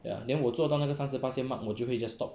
ya then 我做到那个三十巴仙 mark 我就会 just stop